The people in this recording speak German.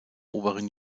oberen